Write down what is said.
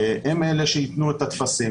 פקידי המלון הם אלה שייתנו את הטפסים